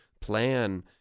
plan